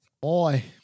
Boy